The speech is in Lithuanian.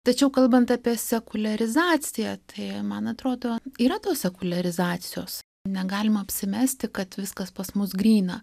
tačiau kalbant apie sekuliarizaciją tai man atrodo yra tos sekuliarizacijos negalima apsimesti kad viskas pas mus gryna